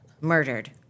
murdered